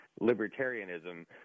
libertarianism